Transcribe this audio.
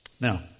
Now